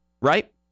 Right